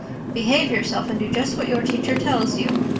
behave yourself and do just what your teacher tells you.